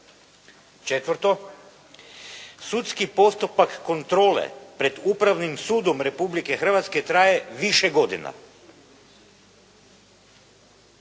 Četvrto, sudski postupak kontrole pred Upravnim sudom Republike Hrvatske traje više godina